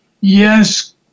Yes